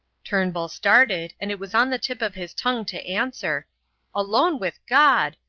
turnbull started, and it was on the tip of his tongue to answer alone with god!